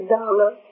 Dollar